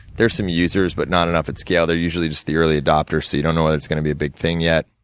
there are some users, but not enough at scale, they're usually just the early adopters. so, you don't know if it's gonna be a big thing yet.